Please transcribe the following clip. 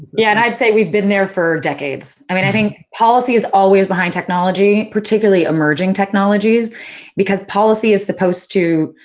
yeah, i'd say we've been there for decades. i mean, i think policy is always behind technology, particularly emerging technologies because policy is supposed to,